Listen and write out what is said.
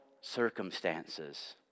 circumstances